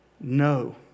no